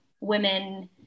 women